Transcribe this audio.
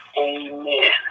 Amen